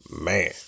Man